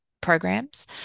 programs